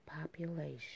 population